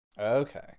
okay